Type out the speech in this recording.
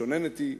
שון האניטי,